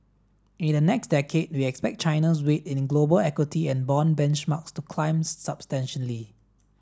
in the next decade we expect China's weight in global equity and bond benchmarks to climb substantially